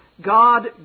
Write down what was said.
God